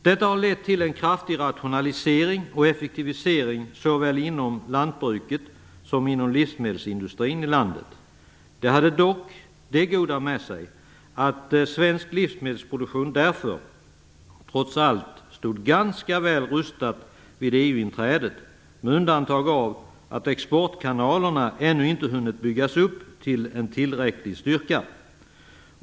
Detta har lett till en kraftig rationalisering och effektivisering, såväl inom lantbruket som inom livsmedelsindustrin i landet. Det hade dock det goda med sig att svensk livsmedelsproduktion trots allt stod ganska väl rustad vid EU inträdet, med undantag av att exportkanalerna ännu inte hunnit byggas upp till en tillräcklig styrka.